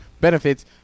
benefits